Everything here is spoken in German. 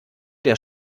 der